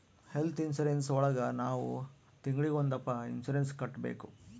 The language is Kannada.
ಹೆಲ್ತ್ ಇನ್ಸೂರೆನ್ಸ್ ಒಳಗ ನಾವ್ ತಿಂಗ್ಳಿಗೊಂದಪ್ಪ ಇನ್ಸೂರೆನ್ಸ್ ಕಟ್ಟ್ಬೇಕು